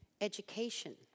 Education